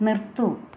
നിർത്തൂ